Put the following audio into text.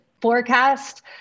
forecast